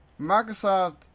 Microsoft